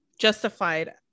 justified